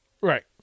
Right